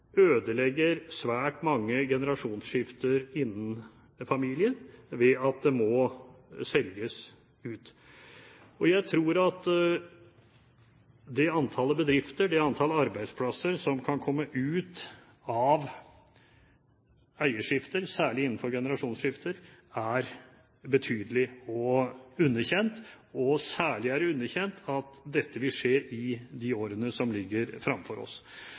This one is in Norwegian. ødelegger svært mange generasjonsskifter innen familier, ved at det må selges ut. Jeg tror at det antall bedrifter og det antall arbeidsplasser som kan komme ut av eierskifter, særlig innenfor generasjonsskifter, er betydelig og underkjent. Særlig er det underkjent at dette vil skje i de årene som ligger framfor oss.